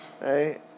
right